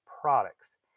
products